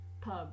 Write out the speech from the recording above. Pub